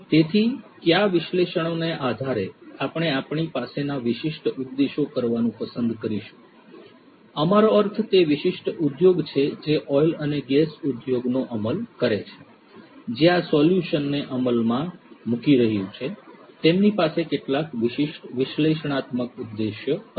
તેથી કયા વિશ્લેષણાને આધારે આપણે આપણી પાસેના વિશિષ્ટ ઉદ્દેશો કરવાનું પસંદ કરીશું અમારું અર્થ તે વિશિષ્ટ ઉદ્યોગ છે જે ઓઈલ અને ગેસ ઉદ્યોગનો અમલ કરે છે જે આ સોલ્યુશનને અમલમાં મુકી રહ્યું છે તેમની પાસે કેટલાક વિશિષ્ટ વિશ્લેષણાત્મક ઉદ્દેશ હશે